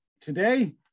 today